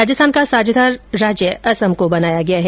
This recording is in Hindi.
राजस्थान का साझेदार असम राज्य को बनाया गया है